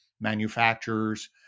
manufacturers